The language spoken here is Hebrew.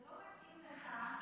זה לא מתאים לך.